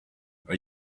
are